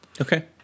Okay